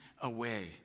away